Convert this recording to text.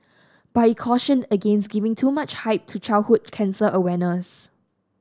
but he cautioned against giving too much hype to childhood cancer awareness